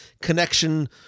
connection